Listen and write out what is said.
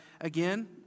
again